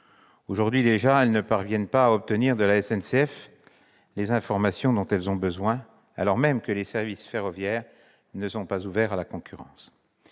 Aujourd'hui déjà, elles ne parviennent pas à obtenir de la SNCF les informations dont elles ont besoin, alors même que les services ferroviaires ne sont pas ouverts à la concurrence.